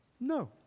No